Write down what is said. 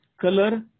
Color